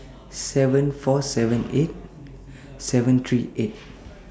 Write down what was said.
seven four seven eight seven three eight